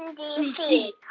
d c.